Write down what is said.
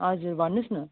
हजुर भन्नुहोस् न